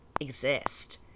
exist